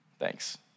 Thanks